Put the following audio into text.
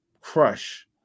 crush